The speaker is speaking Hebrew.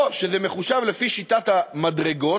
או שזה מחושב לפי שיטת המדרגות,